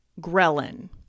ghrelin